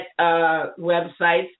websites